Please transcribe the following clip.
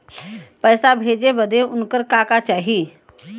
पैसा भेजे बदे उनकर का का चाही?